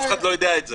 אף אחד לא יודע את זה.